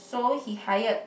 so he hired